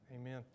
Amen